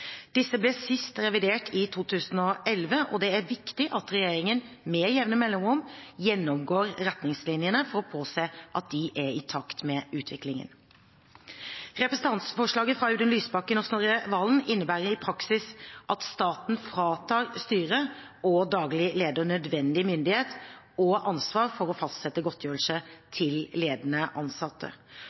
Disse ble sist revidert i 2011, og det er viktig at regjeringen med jevne mellomrom gjennomgår retningslinjene for å påse at de er i takt med utviklingen. Representantforslaget fra Audun Lysbakken og Snorre Serigstad Valen innebærer i praksis at staten fratar styret og daglig leder nødvendig myndighet til og ansvar for å fastsette godtgjørelse til ledende ansatte.